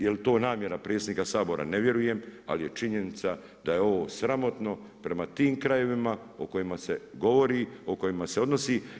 Jel' to namjera predsjednika Sabora ne vjerujem, ali je činjenica da je ovo sramotno prema tim krajevima o kojima se govori, o kojima se odnosi.